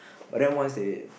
but then once they